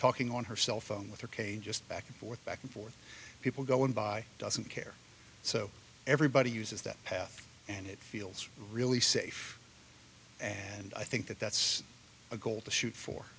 talking on her cell phone with a k just back and forth back and forth people go and buy doesn't care so everybody uses that path and it feels really safe and i think that that's a goal to shoot